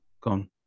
Gone